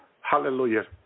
Hallelujah